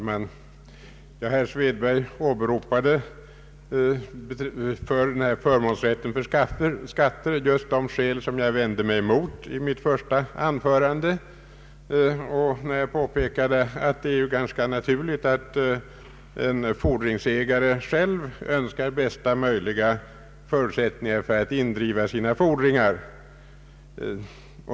Herr talman! Herr Svedberg åberopade beträffande förmånsrätten för skattefordringar just de skäl som jag vände mig emot i mitt första anförande, då jag påpekade att det är ganska naturligt att en fordringsägare själv önskar bästa möjliga förutsättningar för att indriva sina fordringar.